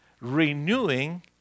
renewing